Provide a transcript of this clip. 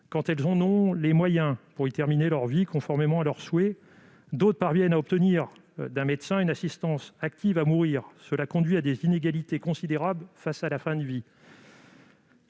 quand elles en ont les moyens, pour y terminer leur vie conformément à leurs souhaits. D'autres parviennent à obtenir d'un médecin une assistance active à mourir. Cela conduit à des inégalités considérables face à la fin de vie.